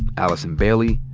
allison bailey,